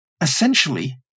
essentially